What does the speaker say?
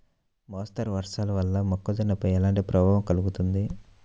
మోస్తరు వర్షాలు వల్ల మొక్కజొన్నపై ఎలాంటి ప్రభావం కలుగుతుంది?